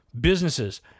businesses